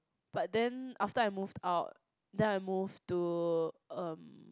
but then after I moved out then I move to um